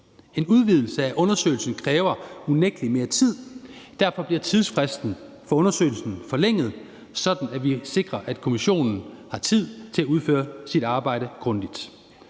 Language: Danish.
En udvidelse af undersøgelsen kræver unægtelig mere tid. Derfor bliver tidsfristen for undersøgelsen forlænget, sådan at vi sikrer, at kommissionen har tid til at udføre sit arbejde grundigt.